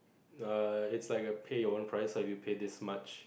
uh it's like a pay your own price lah if you pay this much